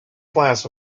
class